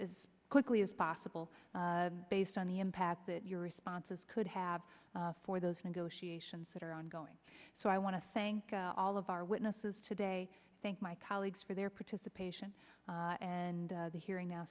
as quickly as possible based on the impact that your responses could have for those negotiations that are ongoing so i want to thank all of our witnesses today thank my colleagues for their participation and the hearing now